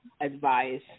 advice